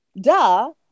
Duh